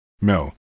Mel